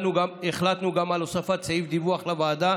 החלטנו גם על הוספת סעיף דיווח לוועדה,